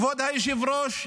כבוד היושב-ראש,